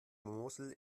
mosel